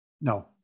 No